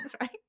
right